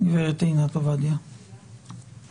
גברת עינת עובדיה, בבקשה.